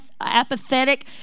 apathetic